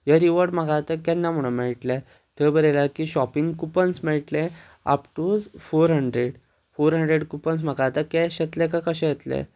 हे रिवॉर्ड म्हाका आतां केन्ना म्हणून मेळटले थंय बरयलां की शॉपिंग कुपन्स मेळटले up to four hundred four hundred coupons म्हाका आतां कॅश येतले काय कशें येतले